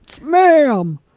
Ma'am